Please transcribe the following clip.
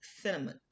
cinnamon